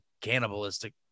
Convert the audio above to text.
cannibalistic